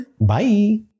Bye